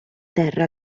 terra